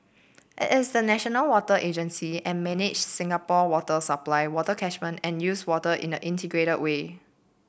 it is the national water agency and manages Singapore water supply water catchment and use water in an integrated way